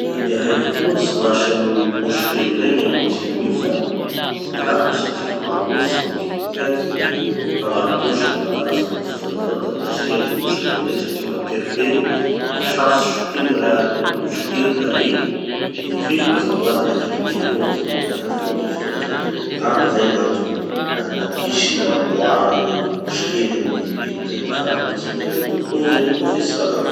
Tsy de haiko loatsy gn'asan'ny gny pôsy kely regny amy jean io fa angamba satria fa maro loatsy gny pickpocket gny mpangaro pôsy gny mpangalatsy amizao fotoana izao da nasia gny pôsy kely regny satria mba teritery mba sarotsy sokiry gny raha agnatiny ao, nô vô sokiry da re de fe mazava hoazy raha kelikely koa gn'azo ampidiry agnatiny ao amizay fotoana zay. Ngamba zay gn'antony nampisy sy nagnamboara regny pôsy kely amin'ny jean regny. Fa gn'ankoatsin'izay mety pause avao koa fe tsy fatako.